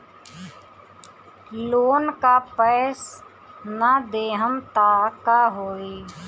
Loan का पैस न देहम त का होई?